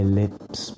lips